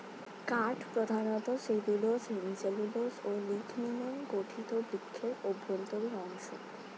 কাঠ প্রধানত cellulose, hemicellulose ও লিগনিনে গঠিত বৃক্ষের অভ্যন্তরীণ অংশ